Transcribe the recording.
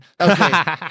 Okay